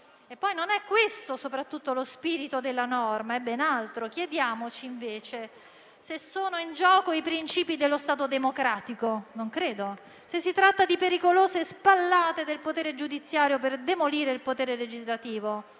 non è questo lo spirito della norma; è ben altro. Chiediamoci invece se sono in gioco i principi dello Stato democratico: non credo. Chiediamoci se si tratta di pericolose spallate del potere giudiziario per demolire il potere legislativo